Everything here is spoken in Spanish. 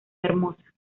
hermosa